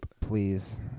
Please